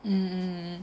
mm